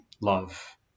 love